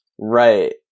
Right